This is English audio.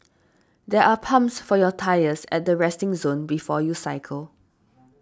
there are pumps for your tyres at the resting zone before you cycle